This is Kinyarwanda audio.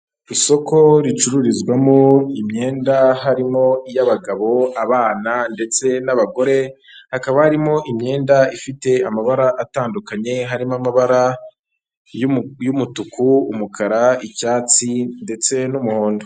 Isoko ricururizwamo imyenda harimo iy'abagabo, abana ndetse n'abagore hakaba harimo imyenda ifite amabara atandukanye harimo amabara y'umutuku, umukara, icyatsi ndetse n'umuhondo.